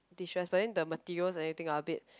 disrespecting the materials anything a bit